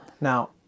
Now